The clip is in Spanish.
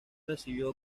recibió